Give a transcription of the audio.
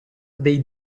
dei